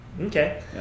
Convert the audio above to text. okay